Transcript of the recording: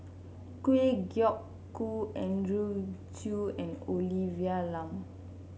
Kwa Geok Choo Andrew Chew and Olivia Lum